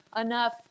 enough